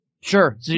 Sure